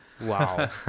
wow